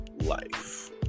life